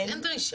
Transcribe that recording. אז אין דרישה.